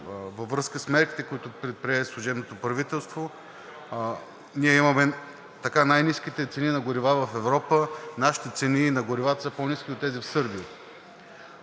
във връзка с мерките, които предприе служебното правителство, ние имаме най-ниските цени на горива в Европа. Нашите цени на горивата са по-ниски от тези в Сърбия.